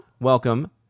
Welcome